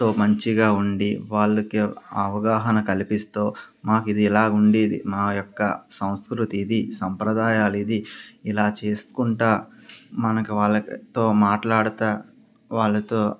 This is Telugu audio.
తో మంచిగా ఉండి వాళ్ళకి అవగాహన కల్పిస్తూ మాకు ఇది ఇలా ఉండేది మా యొక్క సంస్కృతి ఇది సంప్రదాయాలు ఇది ఇలా చేసుకుంటూ మనకు వాళ్ళతో మాట్లాడతూ వాళ్లతో